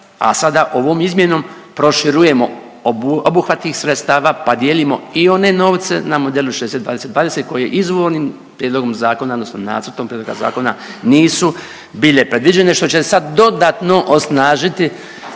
a sada ovom izmjenom proširujemo obuhvat tih sredstava pa dijelimo i one novce na modelu 60-20-20 koji je izvornim prijedlogom zakona odnosno nacrtom prijedlogom zakona nisu bile predviđene, što će sad dodatno osnažiti